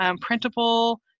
printable